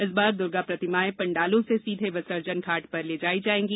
इस बार दुर्गा प्रतिमाएं पंडालों से सीधे विसर्जन घाट पर ले जाई जाएंगी